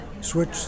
switch